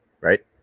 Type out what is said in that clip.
right